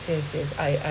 yes yes I I